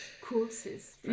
courses